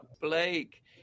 Blake